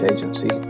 Agency